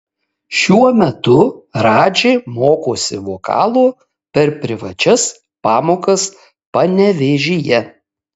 šiuo metu radži mokosi vokalo per privačias pamokas panevėžyje